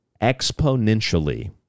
exponentially